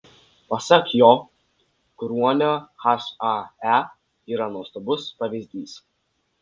pasak jo kruonio hae yra nuostabus pavyzdys